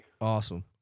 awesome